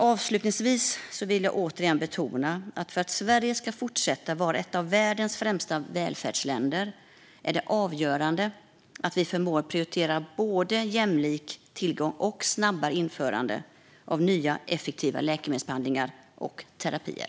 Avslutningsvis vill jag återigen betona att om Sverige ska fortsätta att vara ett av världens främsta välfärdsländer är det avgörande att vi förmår prioritera både jämlik tillgång och snabbare införanden av nya, effektiva läkemedelsbehandlingar och terapier.